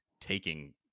taking